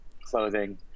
clothing